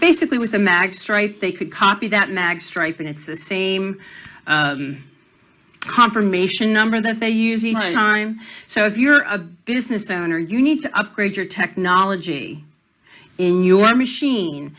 basically with the magistrate they could copy that mag stripe and it's the same confirmation number that they use each time so if you're a business owner you need to upgrade your technology in your machine